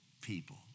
people